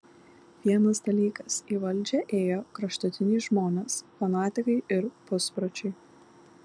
vienas dalykas į valdžią ėjo kraštutiniai žmonės fanatikai ir puspročiai